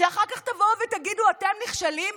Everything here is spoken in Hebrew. שאחר כך תבואו ותגידו: אתם נחשלים,